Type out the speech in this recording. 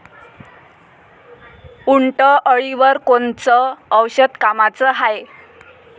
उंटअळीवर कोनचं औषध कामाचं हाये?